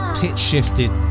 pitch-shifted